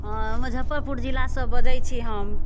हँ मुजफ्फरपुर जिलासँ बजै छी हम